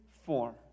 form